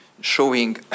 showing